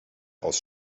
aus